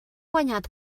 guanyat